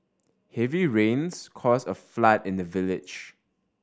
heavy rains caused a flood in the village